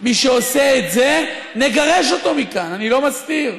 מי שעושה את זה, נגרש אותו מכאן, אני לא מסתיר.